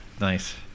Nice